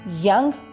young